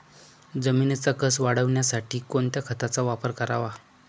जमिनीचा कसं वाढवण्यासाठी कोणत्या खताचा वापर करावा?